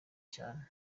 cyane